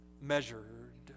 measured